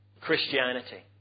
Christianity